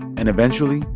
and eventually,